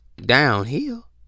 downhill